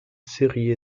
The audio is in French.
série